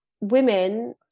women